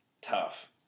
tough